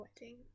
wedding